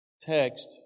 text